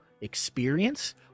experience